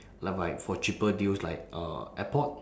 like right for cheaper deals like uh airport